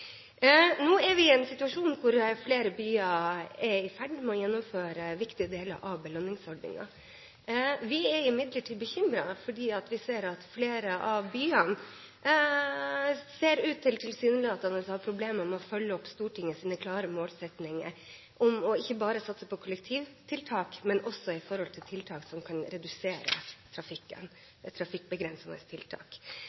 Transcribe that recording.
Nå er vi i en situasjon hvor flere byer er i ferd med å gjennomføre viktige deler av belønningsordningen. Vi er imidlertid bekymret, for vi ser at flere av byene tilsynelatende ser ut til å ha problemer med å følge opp Stortingets klare målsettinger om ikke bare å satse på kollektivtiltak, men også på tiltak som kan redusere